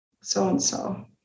so-and-so